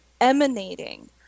emanating